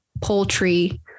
poultry